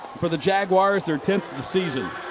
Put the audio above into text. for the jaguars. their tenth of the season.